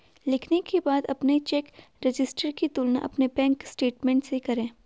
लिखने के बाद अपने चेक रजिस्टर की तुलना अपने बैंक स्टेटमेंट से करें